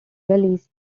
valleys